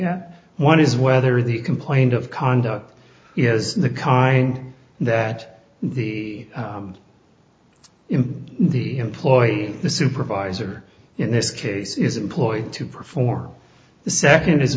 at one is whether the complaint of conduct is the kind that the in the employee the supervisor in this case is employed to perform the second is